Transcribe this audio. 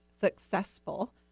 successful